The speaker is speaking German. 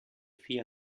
vier